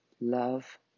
Love